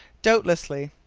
doubtlessly.